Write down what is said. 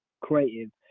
creative